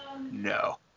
No